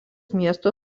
miesto